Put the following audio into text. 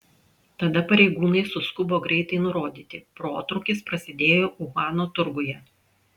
tada pareigūnai suskubo greitai nurodyti protrūkis prasidėjo uhano turguje